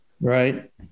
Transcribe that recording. right